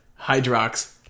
hydrox